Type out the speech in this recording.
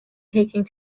taking